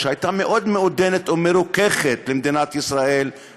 שהייתה מאוד מעודנת ומרוככת למדינת ישראל,